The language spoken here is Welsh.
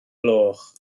gloch